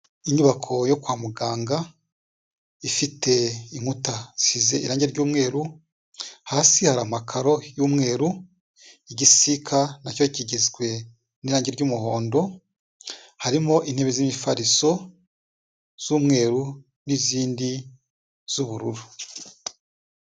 Inyubako yo kwa muganga, ifite inkuta zisize irangi ry'umweru, hasi hari amakaro y'umweru, igisika na cyo kigizwe n'iragi ry'umuhondo, harimo intebe z'imifariso z'umweru n'izindi z'ubururu.